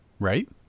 Right